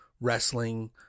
wrestling